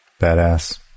Badass